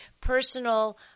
personal